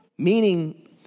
Meaning